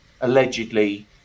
allegedly